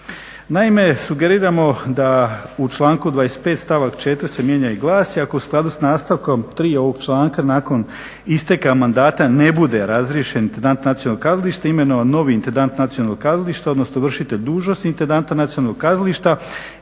Naime, sugeriramo da u članku 25. stavak 4. se mijenja i glasi. Ako u skladu s nastavkom 3. ovog članka nakon isteka mandata ne bude razriješen intendant nacionalnog kazališta, imenovan novi intendant nacionalnog kazališta, odnosno vršitelj dužnosti intendanta nacionalnog kazališta,